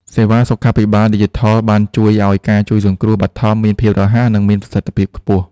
សេវាសុខាភិបាលឌីជីថលបានជួយឱ្យការជួយសង្គ្រោះបឋមមានភាពរហ័ស និងមានប្រសិទ្ធភាពខ្ពស់។